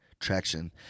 traction